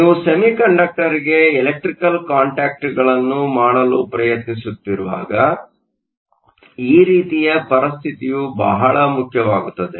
ನೀವು ಸೆಮಿಕಂಡಕ್ಟರ್ಗೆ ಎಲೆಕ್ಟ್ರಿಕಲ್ ಕಾಂಟ್ಯಾಕ್ಟ್ಗಳನ್ನು ಮಾಡಲು ಪ್ರಯತ್ನಿಸುತ್ತಿರುವಾಗ ಈ ರೀತಿಯ ಪರಿಸ್ಥಿತಿಯು ಬಹಳ ಮುಖ್ಯವಾಗುತ್ತದೆ